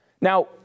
now